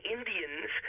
Indians